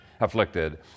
afflicted